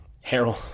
Harold